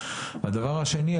הדבר השני,